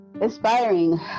inspiring